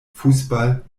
fußball